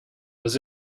was